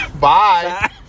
Bye